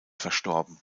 verstorben